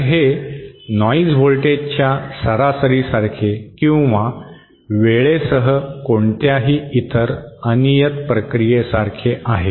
तर हे नॉइज व्होल्टेजच्या सरासरीसारखे किंवा वेळेसह कोणत्याही इतर अनियत प्रक्रियेसारखे आहे